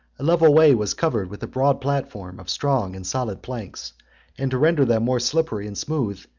a level way was covered with a broad platform of strong and solid planks and to render them more slippery and smooth,